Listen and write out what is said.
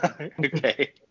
Okay